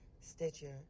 Stitcher